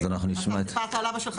אתה סיפרת על אבא שלך,